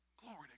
Glory